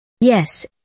Yes